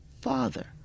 Father